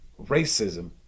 racism